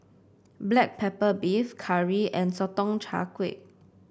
Black Pepper Beef curry and Sotong Char Kway